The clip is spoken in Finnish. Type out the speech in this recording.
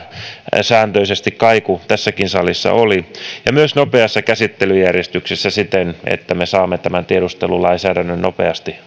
pääsääntöisesti kaiku tässäkin salissa oli ja myös nopeassa käsittelyjärjestyksessä siten että me saamme tämän tiedustelulainsäädännön nopeasti